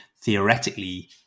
theoretically